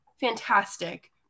fantastic